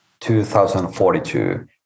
2042